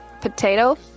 potato